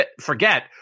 forget –